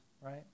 right